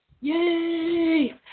yay